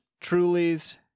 Truly's